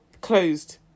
Closed